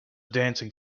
dancing